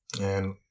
And-